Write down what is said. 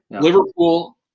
Liverpool